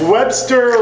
Webster